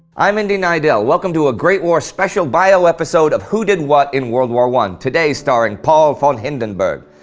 i'm indy neidell welcome to a great war special bio episode of who did what in world war one? today starring paul von hindenburg.